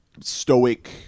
stoic